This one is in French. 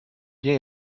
bien